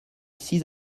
six